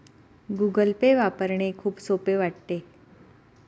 Google Pay वापरणे खूप सोपे वाटते